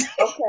Okay